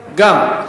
גם.